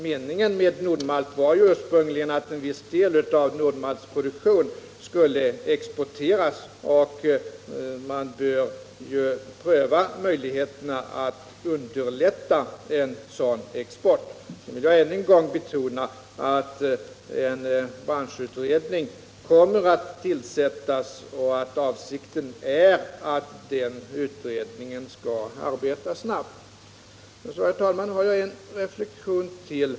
Meningen med Nord-Malt var ju ursprungligen att en del av dess produktion skulle exporteras, och man bör naturligtvis pröva möjligheterna att underlätta en sådan export. Sedan vill jag än en gång betona att en branschutredning kommer att tillsättas och att avsikten är att den utredningen skall arbeta snabbt. Så, herr talman, har jag en reflexion till.